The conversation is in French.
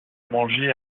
manger